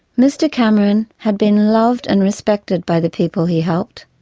mr cameron had been loved and respected by the people he helped.